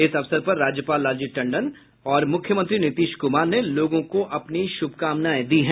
इस अवसर पर राज्यपाल लालजी टंडन तथा मुख्यमंत्री नीतीश कुमार ने लोगों को अपनी शुभकामनाएं दी हैं